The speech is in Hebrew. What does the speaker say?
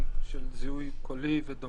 אנחנו נבחן כל כלי שיסייע לנו במשימה הזאת.